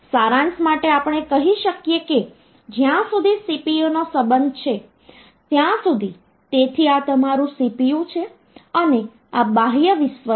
સારાંશ માટે આપણે કહી શકીએ કે જ્યાં સુધી CPU નો સંબંધ છે ત્યાં સુધી તેથી આ તમારું CPU છે અને આ બાહ્ય વિશ્વ છે